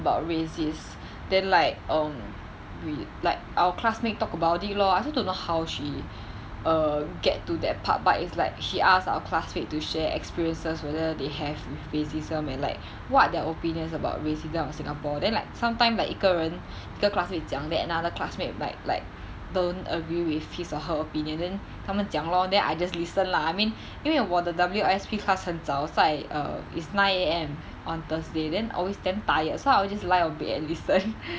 about racist then like um we like our classmates talk about it lor I also don't know how she err get to that part but it's like she asked our classmate to share experiences whether they have with racism and like what are their opinions about racism of singapore then like sometimes like 一个人一个 classmate 讲 then another classmate like like don't agree with his or her opinion then 他们讲 lor then I just listen lah I mean 因为我的 W_I_S_P class 很早 start at err is nine A_M on thursday then always damn tired so I will just lie on bed and listen